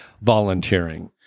volunteering